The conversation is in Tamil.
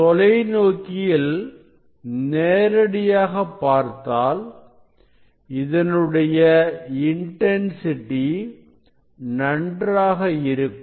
தொலைநோக்கியில் நேரடியாக பார்த்தாள் இதனுடைய இன்டன்சிட்டி நன்றாக இருக்கும்